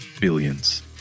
billions